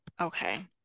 okay